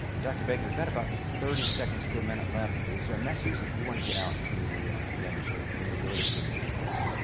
and dr. baig, we've got about thirty seconds to a minute left. is message that you want to get out to the the underserved community or the community in general?